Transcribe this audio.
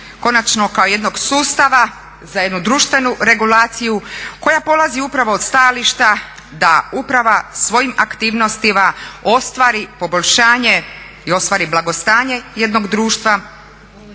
konačno kao jednog sustava za jednu društvenu regulaciju koja polazi upravo od stajališta da uprava svojim aktivnostima ostvari poboljšanje i ostvari blagostanje jednog društva